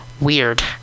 weird